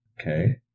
Okay